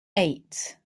eight